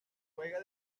juega